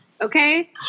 Okay